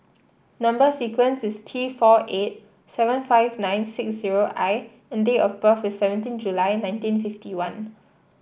number sequence is T four eight seven five nine six zero I and date of birth is seventeen July nineteen fifty one